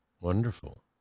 Wonderful